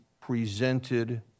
presented